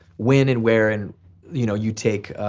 when and where and you know you take